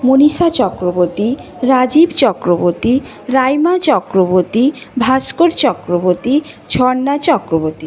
Manisha Chakraborty Rajiv Chakraborty Raima Chakraborty Bhaskar Chakraborty Jharna Chakraborty